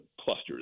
clusters